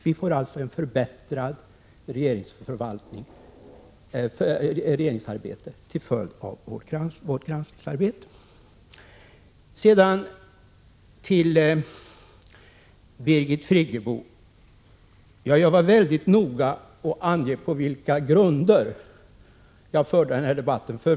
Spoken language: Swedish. Det blir alltså ett förbättrat regeringsarbete till följd av vårt granskningsarbete. Sedan till Birgit Friggebo. Jag var mycket noga med att ange på vilka grunder jag för den här debatten.